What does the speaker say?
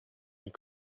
mit